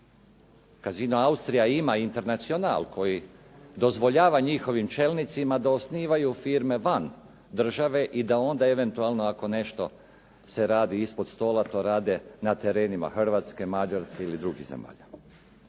Kasino Austrija ima internacional koji dozvoljava njihovim čelnicima da osnivaju firme van države i da onda eventualno ako nešto se radi ispod stola to rade na terenima Hrvatske, Mađarske ili drugih zemalja.